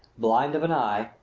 blind of an eye,